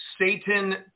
Satan